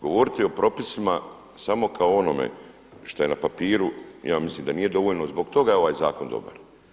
Govoriti o propisima samo kao o onome što je na papiru ja mislim da nije dovoljno, zbog toga je ovaj zakon dobar.